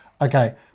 okay